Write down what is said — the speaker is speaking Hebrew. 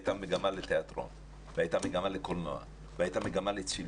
הייתה מגמה לתיאטרון והייתה מגמה לקולנוע והייתה מגמה לצילום,